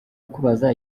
kukubaza